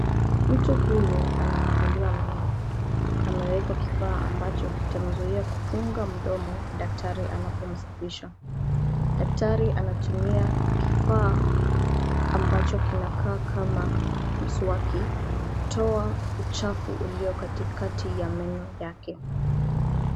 Mtu huyu anaangaliwa meno, amewekwa kifaa ambacho kitamzuia kufunga mdomo daktari anapomsafisa. Daktari anatumia kifaa kinacho kinakaa kama mswaki kutoa uchafu ulio katikati ya meno yake.